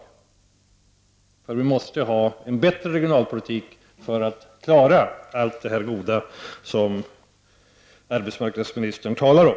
Vi måste ha en bättre regionalpolitik för att klara allt det goda som arbetsmarknadsministern talar om.